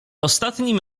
ostatnim